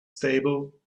stable